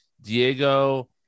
Diego